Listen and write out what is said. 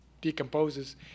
decomposes